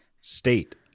State